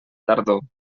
tardor